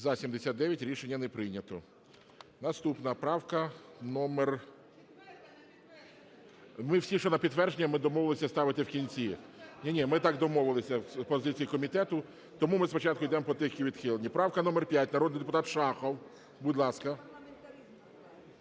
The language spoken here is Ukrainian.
За-79 Рішення не прийнято. Наступна правка номер… (Шум у залі) Ми всі, що на підтвердження, ми домовилися ставити в кінці. (Шум у залі) Ні-ні, ми так домовилися, позиція комітету. Тому ми спочатку йдемо по тих, які відхилені. Правка номер 5, народний депутат Шахов. Будь ласка.